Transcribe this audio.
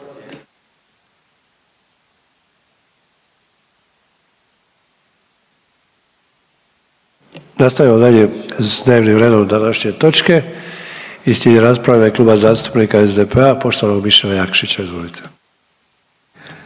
Nastavljamo dalje sa dnevnim redom današnje točke i slijedi rasprava u ime Kluba zastupnika SDP-a poštovanog Mišela Jakšića, izvolite.